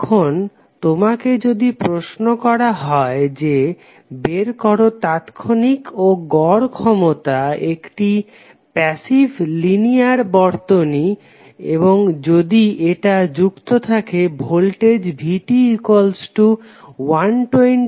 এখন তোমাকে যদি প্রশ্ন করা হয় যে বের করো তাৎক্ষণিক ও গড় ক্ষমতা একটি প্যাসিভ লিনিয়ার বর্তনী এবং যদি এটা যুক্ত থাকে ভোল্টেজ vt120377t45°